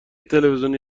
تلویزیونی